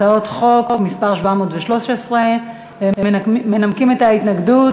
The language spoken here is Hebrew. הצעת חוק מס' 713. מנמקים את ההתנגדות,